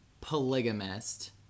polygamist